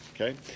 okay